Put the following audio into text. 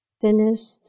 Finished